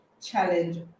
challenge